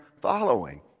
following